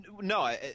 No